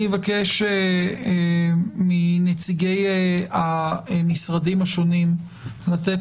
אני אבקש מנציגי המשרדים השונים לתת